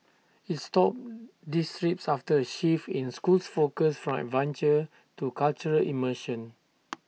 IT stopped these trips after A shift in school's focus from adventure to cultural immersion